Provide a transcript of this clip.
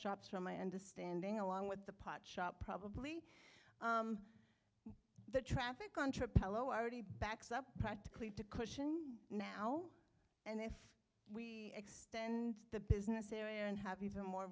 shops from my understanding along with the pot shop probably the traffic on trip l o r d backs up practically to cushion now and if extend the business area and have even more